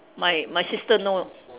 my my sister know